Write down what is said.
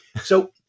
So-